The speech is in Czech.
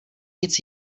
nic